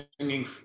singing